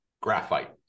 graphite